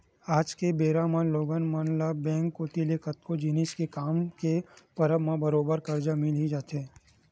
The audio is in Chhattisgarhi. आज के बेरा म लोगन मन ल बेंक कोती ले कतको जिनिस के काम के परब म बरोबर करजा मिल ही जाथे